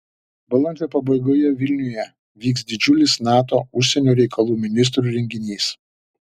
balandžio pabaigoje vilniuje vyks didžiulis nato užsienio reikalų ministrų renginys